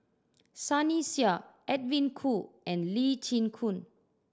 Sunny Sia Edwin Koo and Lee Chin Koon